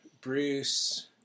Bruce